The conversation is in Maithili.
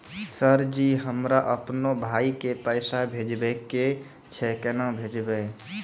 सर जी हमरा अपनो भाई के पैसा भेजबे के छै, केना भेजबे?